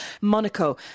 Monaco